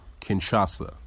Kinshasa